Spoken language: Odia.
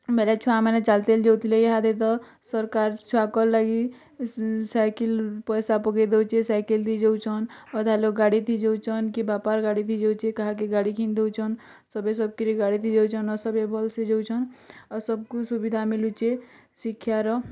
ବୋଲେ ଛୁଆମାନେ ଚାଲିଚାଲି ଯାଉଥିଲେ ଇହାଦେ ତ ସରକାର୍ ଛୁଆକର୍ ଲାଗି ସାଇକେଲ୍ ପଇସା ପକେଇ ଦଉଛି ସାଇକେଲ୍ ଦେଇ ଯାଉଛନ୍ ଅଧା ଲୋକ୍ ଗାଡ଼ି ଥି ଯାଉଛନ୍ କି ବାପାର୍ ଗାଡ଼ି ଥି ଯାଉଛି କାହା କି କି ଗାଡ଼ି କିଣି ଦଉଛନ୍ ସବେ ସବ୍ କିରି ଗାଡ଼ି ଦେଇ ଯାଉଛନ୍ ଆଉ ସବେ ଭଲ୍ସେ ଯାଉଛନ୍ ଆଉ ସବ୍କୋ ସୁବିଧା ମିଲୁଛେ ଶିକ୍ଷାର